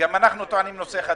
"ובלבד